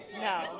No